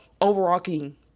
overarching